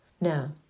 Now